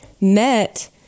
met